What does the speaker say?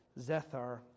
Zethar